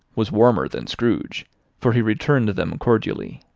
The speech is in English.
was warmer than scrooge for he returned them cordially.